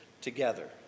together